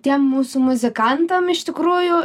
tiem mūsų muzikantam iš tikrųjų